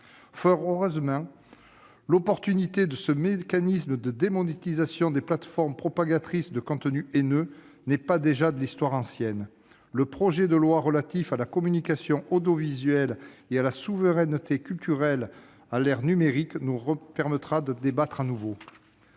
Fort heureusement, l'opportunité de ce mécanisme de démonétisation des plateformes propagatrices de contenus haineux n'est pas, déjà, de l'histoire ancienne. Le projet de loi relatif à la communication audiovisuelle et à la souveraineté culturelle à l'ère numérique nous permettra d'en débattre de nouveau.